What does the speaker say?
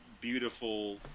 beautiful